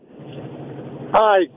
Hi